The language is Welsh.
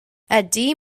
ydy